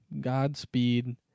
Godspeed